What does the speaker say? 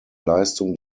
leistung